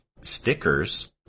stickers